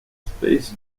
space